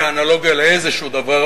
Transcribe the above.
כאנלוגיה לאיזשהו דבר.